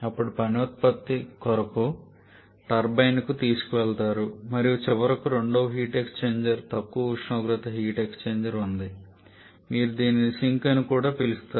అప్పుడు పని ఉత్పత్తి కొరకు టర్బైన్కు తీసుకువెళతారు మరియు చివరకు రెండవ హీట్ ఎక్స్చేంజర్ తక్కువ ఉష్ణోగ్రత హీట్ ఎక్స్చేంజర్ ఉంది మీరు దీనిని సింక్ అని కూడా పిలుస్తారు